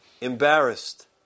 embarrassed